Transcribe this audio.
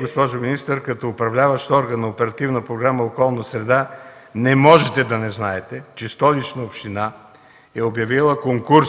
Госпожо министър, Вие като управляващ орган по Оперативна програма „Околна среда” не можете да не знаете, че Столична община е обявила конкурс